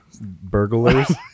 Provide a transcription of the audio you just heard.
burglars